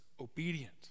obedient